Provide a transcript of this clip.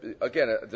again